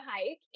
hike